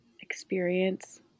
experience